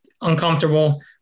uncomfortable